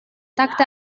tagte